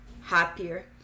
happier